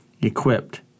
equipped